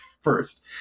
first